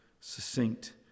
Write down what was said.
succinct